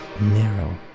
narrow